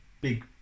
big